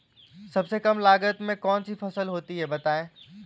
सबसे कम लागत में कौन सी फसल होती है बताएँ?